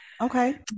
Okay